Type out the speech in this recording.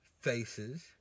faces